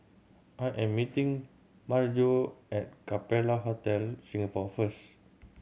I am meeting Maryjo at Capella Hotel Singapore first